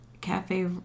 Cafe